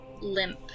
limp